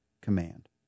command